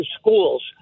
schools